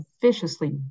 viciously